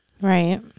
Right